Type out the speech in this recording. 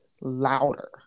louder